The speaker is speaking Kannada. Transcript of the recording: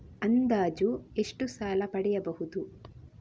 ಅಂದಾಜು ಎಷ್ಟು ಸಾಲ ಪಡೆಯಬಹುದು?